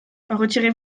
retirez